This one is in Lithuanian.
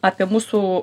apie mūsų